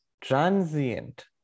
transient